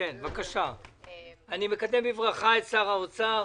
אני מקדם בברכה את שר האוצר,